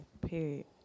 Period